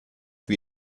wie